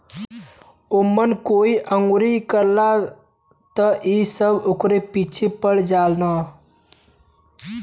ओमन कोई अंगुरी करला त इ सब ओकरे पीछे पड़ जालन